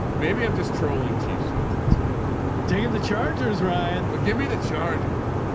maybe i'm just trolling chiefs fence at this point, sean taking the chargers, ryan, but give me the chargers.